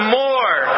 more